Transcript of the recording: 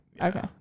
okay